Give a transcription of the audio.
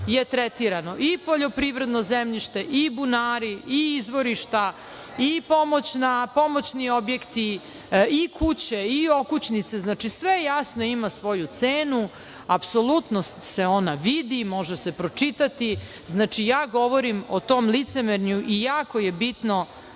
je tretirano i poljoprivredno zemljište i bunari i izvorišta i pomoćni objekti i kuće i okućnice. Znači, sve jasno ima svoju cenu. Apsolutno se ona vidi, može se pročitati. Znači, ja govorim o tom licemerju i jako je bitno